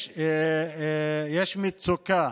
יש מצוקה